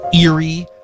eerie